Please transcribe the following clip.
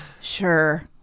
Sure